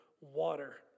water